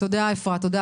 תודה אפרת, תודה.